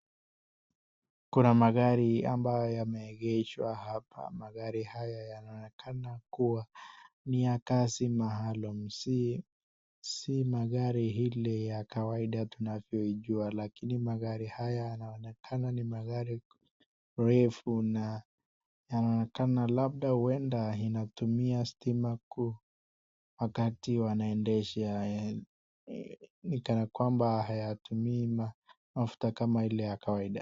Kuna magari ambayo yameegeshwa hapa ,magari haya yanaonekana kuwa ni ya kazi maalum si magari ile ya kawaida unavyoijua lakini magari haya yanaonekana ni magari refu na yanaonekana labda huenda inatumia stima huku wakati wanaendesha ni kana kwamba hayatumii mafuta kama ile ya kawaida.